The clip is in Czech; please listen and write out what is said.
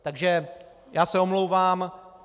Takže já se omlouvám.